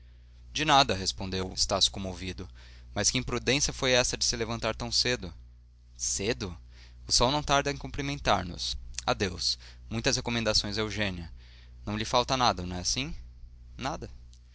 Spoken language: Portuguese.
de nada respondeu estácio comovido mas que imprudência foi essa de se levantar tão cedo cedo o sol não tarda a cumprimentar nos adeus muitas recomendações a eugênia não lhe falta nada não é assim nada